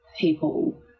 people